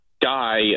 die